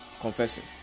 confessing